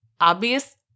obvious